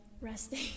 resting